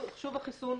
חשוב החיסון,